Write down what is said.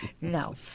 no